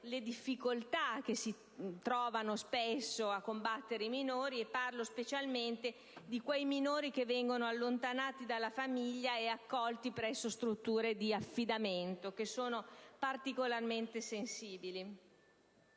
le quali i minori si trovano spesso a combattere. Parlo specialmente di quei minori che vengono allontanati dalla famiglia e accolti presso strutture d'affidamento, che sono particolarmente sensibili.